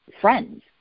friends